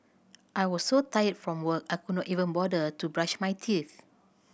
I was so tired from work I could not even bother to brush my teeth